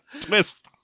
Twist